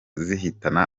zihitana